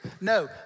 No